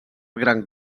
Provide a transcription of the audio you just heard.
gran